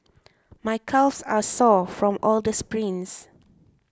my calves are sore from all the sprints